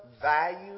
value